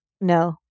No